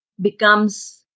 becomes